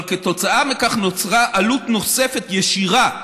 אבל כתוצאה מכך נוצרה עלות נוספת, ישירה,